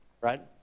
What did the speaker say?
right